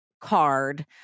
card